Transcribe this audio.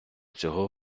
цього